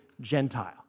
Gentile